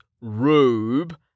robe